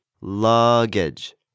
Luggage